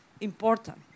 important